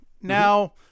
Now